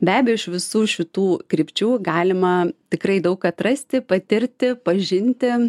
be abejo iš visų šitų krypčių galima tikrai daug atrasti patirti pažinti